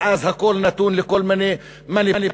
ואז הכול נתון לכל מיני מניפולציות,